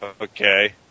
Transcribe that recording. Okay